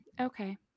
okay